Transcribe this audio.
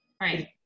Right